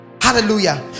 hallelujah